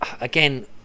Again